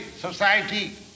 society